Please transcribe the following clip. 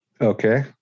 okay